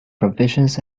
provisions